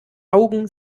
augen